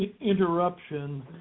interruption